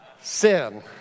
sin